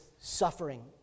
Suffering